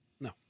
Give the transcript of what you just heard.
No